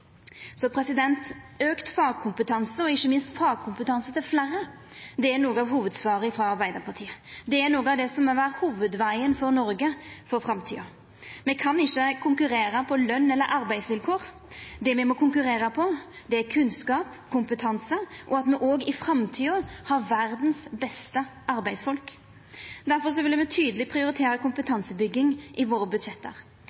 minst fagkompetanse til fleire, er noko av hovudsvaret frå Arbeidarpartiet. Det er noko av det som må vera hovudvegen for Noreg for framtida. Me kan ikkje konkurrera på lønns- eller arbeidsvilkår, det me må konkurrera på, er kunnskap, kompetanse og at me òg i framtida har verdas beste arbeidsfolk. Difor vil me tydeleg prioritera